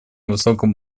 высоком